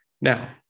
Now